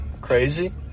Crazy